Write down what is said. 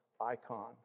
icon